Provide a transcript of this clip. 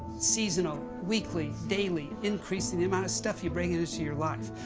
seasonal, weekly, daily increase in the amount of stuff you're bringing into your life.